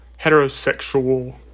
heterosexual